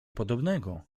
podobnego